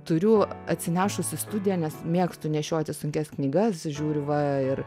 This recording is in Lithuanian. turiu atsinešus į studiją nes mėgstu nešiotis sunkias knygas žiūriu va ir